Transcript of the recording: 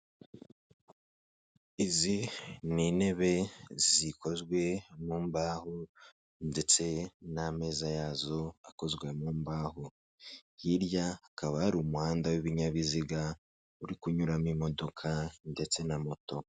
Izi ni intebe zikozwe mu mbaho ndetse n'ameza yazo akozwe mu mbahoho, hirya hakaba ari umuhanda w'ibinyabiziga uri kunyuramo imodoka ndetse na moto.